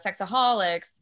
sexaholics